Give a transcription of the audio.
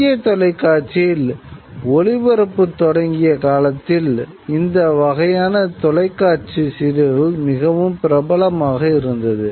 இந்திய தொலைக்காட்சியில் ஒளிபரப்பத் தொடங்கிய காலத்தில் இந்த வகையான தொலைக்காட்சி சீரியல்கள் மிகவும் பிரபலமாக இருந்தது